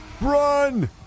Run